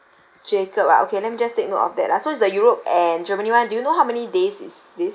jacob ah okay let me just take note of that ah so is the europe and germany one do you know how many days is this